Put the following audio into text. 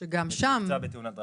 נפצע בתאונת דרכים.